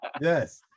Yes